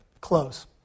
close